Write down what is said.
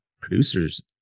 producers